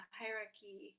hierarchy